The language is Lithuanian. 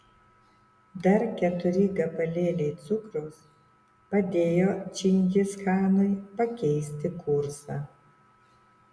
dar keturi gabalėliai cukraus padėjo čingischanui pakeisti kursą